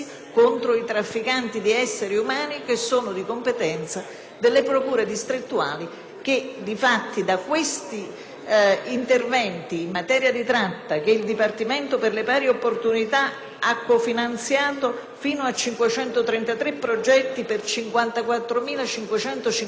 delle procure distrettuali, che, difatti, da questi interventi in materia di tratta, che il Dipartimento per le pari opportunità ha cofinanziato (fino a 533 progetti per 54.559 vittime), hanno tratto grandissimo vantaggio per i processi.